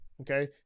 okay